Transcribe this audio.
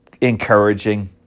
encouraging